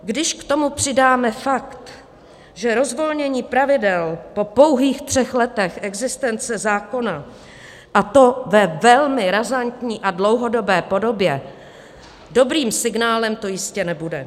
Když k tomu přidáme fakt, že rozvolnění pravidel po pouhých třech letech existence zákona, a to ve velmi razantní a dlouhodobé podobě, dobrým signálem to jistě nebude.